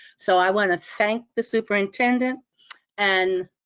so i wanna thank the superintendent and